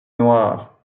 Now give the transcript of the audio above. noire